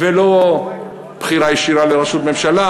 ולא בחירה ישירה לראשות ממשלה,